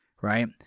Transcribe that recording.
right